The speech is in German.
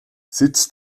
sitz